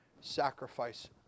sacrifice